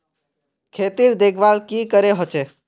खेतीर देखभल की करे होचे?